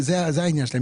זה העניין שלהם,